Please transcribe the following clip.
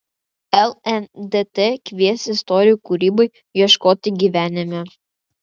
lndt kvies istorijų kūrybai ieškoti gyvenime